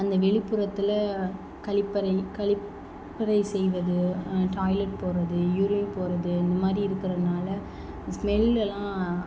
அந்த வெளிப்புறத்தில் கழிப்பறை கழிப் பறை செய்வது டாய்லட் போவது யூரின் போவது இந்த மாதிரி இருக்கிறதுனால ஸ்மெல்லெலாம்